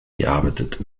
gearbeitet